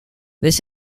this